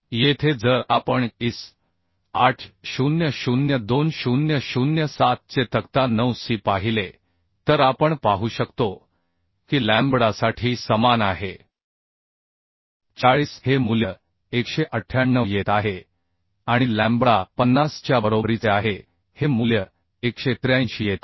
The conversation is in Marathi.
येथे जर आपण IS 800 2007 चे तक्ता 9 C पाहिले तर आपण पाहू शकतो की लॅम्बडासाठी समान आहे 40 हे मूल्य 198 येत आहे आणि लॅम्बडा 50 च्या बरोबरीचे आहे हे मूल्य 183 येत आहे